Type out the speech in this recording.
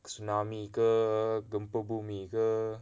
tsunami ke gempa bumi ke